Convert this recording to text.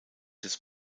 des